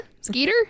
Skeeter